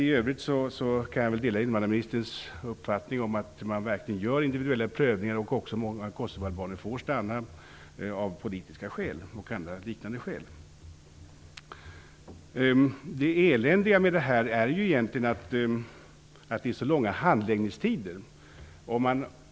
I övrigt delar jag invandrarministerns uppfattning att det verkligen görs individuella prövningar och att många kosovoalbaner får stanna av politiska och andra liknande skäl. Det eländiga i sammanhanget är egentligen de långa handläggningstiderna.